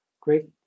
Great